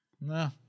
No